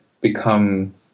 become